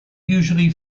usually